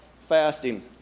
fasting